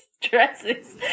dresses